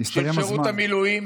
הסתיים הזמן.